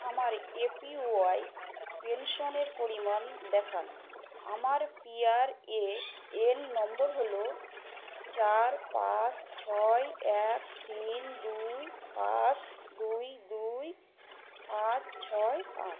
আমার এপিওয়াই পেনশনের পরিমাণ দেখান আমার পিআরএএন নম্বর হলো চার পাঁচ ছয় এক তিন দুই পাঁচ দুই দুই পাঁচ ছয় আট